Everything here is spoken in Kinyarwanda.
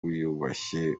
wiyubashye